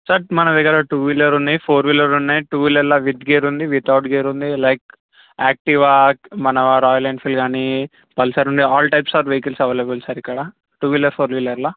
sir మన దగ్గర two wheeler ఉన్నాయి ఫోర్ వీలర్ ఉన్నాయి టూ వీలర్ లో విత్ గేర్ ఉంది వితౌట్ గేర్ ఉంది లైక్ యాక్టివా మన రాయల్ ఎన్ఫీల్డ్ అని పల్సర్ ఉంది all types of vehicles available sir ఇక్కడ టూ వీలర్ ఫోర్ వీలర్లో